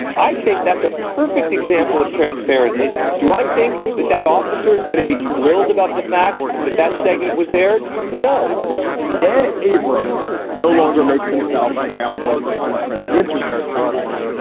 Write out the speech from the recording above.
i think that's a perfect example of transparency. do i think that that officer is going to be thrilled about the fact that that segment was aired? no dan abrams no longer makes himself available for unfriendly interviews, by the way.